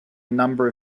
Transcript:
number